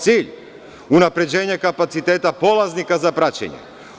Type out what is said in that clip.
Cilj - unapređenje kapaciteta polaznika za praćenje.